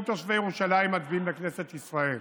תושבי ירושלים מצביעים לכנסת ישראל,